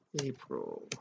April